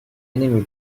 enemy